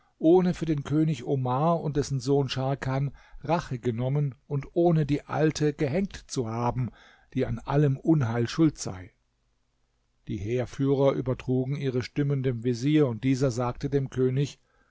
ohne für den könig omar und dessen sohn scharkan rache genommen und ohne die alte gehängt zu haben die an allem unheil schuld sei die heerführer übertrugen ihre stimmen dem vezier und dieser sagte dem könig